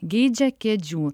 geidžia kėdžių